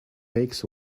makes